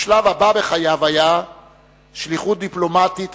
השלב הבא בחייו היה שליחות דיפלומטית,